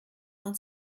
von